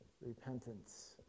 repentance